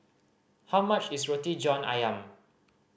how much is Roti John Ayam